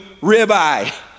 ribeye